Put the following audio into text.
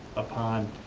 upon,